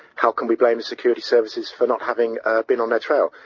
how can we blame the security services for not having been on their trail.